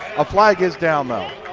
a flag is down though.